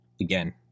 Again